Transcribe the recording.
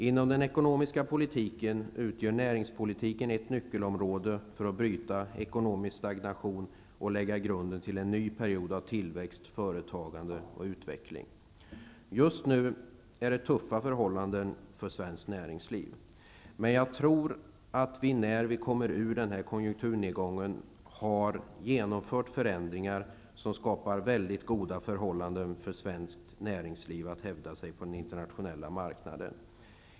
Inom den ekonomiska politiken utgör näringspolitiken ett nyckelområde för att bryta ekonomisk stagnation och lägga grunden till en ny period av tillväxt, företagande och utveckling. Just nu är det tuffa förhållanden för svenskt näringsliv. Men jag tror att vi när vi kommer ur denna konjunkturnedgång har genomfört förändringar som skapar väldigt goda förhållanden för svenskt näringsliv att hävda sig på den internationella marknaden.